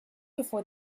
before